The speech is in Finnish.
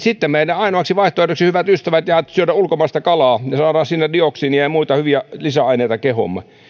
sitten meidän ainoaksi vaihtoehdoksemme hyvät ystävät jää syödä ulkomaista kalaa ja saadaan siitä dioksiinia ja muita hyviä lisäaineita kehoomme